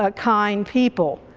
ah kind people.